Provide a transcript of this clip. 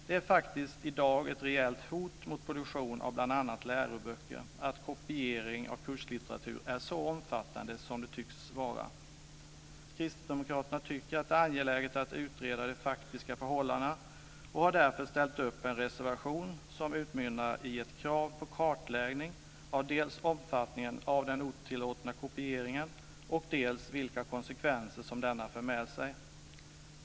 Det är faktiskt i dag ett reellt hot mot produktion av bl.a. läroböcker att kopiering av kurslitteratur är så omfattande som tycks vara fallet. Kristdemokraterna tycker att det är angeläget att utreda de faktiska förhållandena och har därför ställt sig bakom en reservation som utmynnar i ett krav på kartläggning av dels omfattningen av den otillåtna kopieringen, dels vilka konsekvenser som denna får.